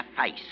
face